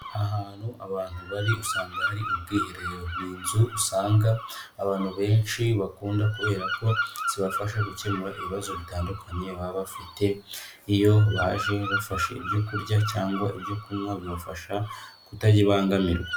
Ahantu abantu bari usanga hari ubwiherero, ni inzu usanga abantu benshi bakunda kubera ko zibafasha gukemura ibibazo bitandukanye baba bafite, iyo baje bafashe ibyo kurya cyangwa ibyo kunywa bibafasha kutaribangamirwa.